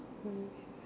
hmm